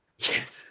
Yes